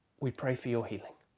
we pray for your healing.